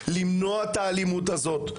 למנוע את האלימות הזאת.